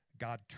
God